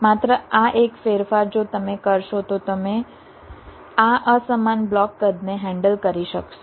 માત્ર આ એક ફેરફાર જો તમે કરશો તો તમે આ અસમાન બ્લોક કદને હેન્ડલ કરી શકશો